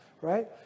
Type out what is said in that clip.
right